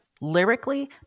lyrically